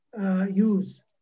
use